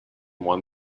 won